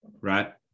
right